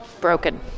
broken